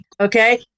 Okay